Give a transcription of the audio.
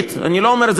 אתה מדבר על ציונות?